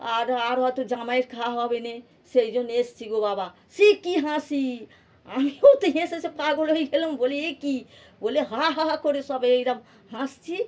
আর আর হয়তো জামাইয়ের খাওয়া হবে না সেই জন্য এসেছি গো বাবা সে কী হাসি আমিও তো হেসে হেসে পাগল হয়ে গেলাম বলি এ কী বলে হা হা হা করে সব এই রকম হাসছি